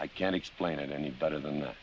i can't explain it any better than tha